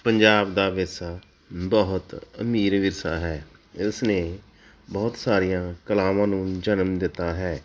ਪੰਜਾਬ ਦਾ ਵਿਰਸਾ ਬਹੁਤ ਅਮੀਰ ਵਿਰਸਾ ਹੈ ਇਸ ਨੇ ਬਹੁਤ ਸਾਰੀਆਂ ਕਲਾਵਾਂ ਨੂੰ ਜਨਮ ਦਿੱਤਾ ਹੈ